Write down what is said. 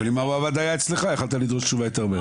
אם המרב"ד היה אצלך יכולת לדרוש תשובה יותר מהר.